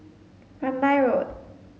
Rambai Road